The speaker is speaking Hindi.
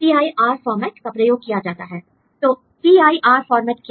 पी आई आर फॉर्मेट का प्रयोग किया जाता है l तो पी आई आर फॉर्मेट क्या है